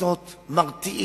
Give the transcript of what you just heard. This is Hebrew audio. קנסות מרתיעים,